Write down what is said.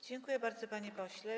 Dziękuję bardzo, panie pośle.